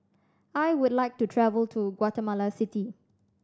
I would like to travel to Guatemala City